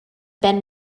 ben